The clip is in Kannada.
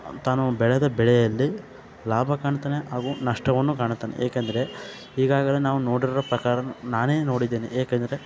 ತಾನು ಬೆಳೆದ ಬೆಳೆಯಲ್ಲಿ ಲಾಭ ಕಾಣ್ತಾನೆ ಹಾಗೂ ನಷ್ಟವನ್ನೂ ಕಾಣ್ತಾನೆ ಏಕೆಂದರೆ ಈಗಾಗಲೇ ನಾವು ನೋಡಿರೊ ಪ್ರಕಾರ ನಾನೇ ನೋಡಿದ್ದೇನೆ ಏಕೆಂದರೆ